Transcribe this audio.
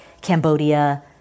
Cambodia